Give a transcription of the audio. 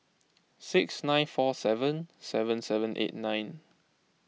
six nine four seven seven seven eight nine